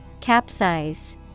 Capsize